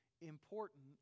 important